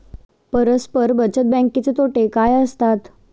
परस्पर बचत बँकेचे तोटे काय असतात?